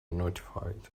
notified